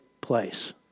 place